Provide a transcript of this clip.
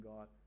God